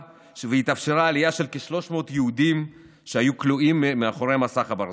והתאפשרה עלייה של כ-300 יהודים שהיו כלואים מאחורי מסך הברזל.